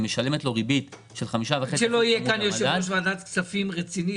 היא משלמת לו ריבית של 5.5% צמוד למדד.